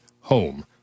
home